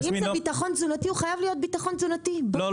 לא --- ביטחון תזונתי הוא חייב להיות ביטחון תזונתי --- לא,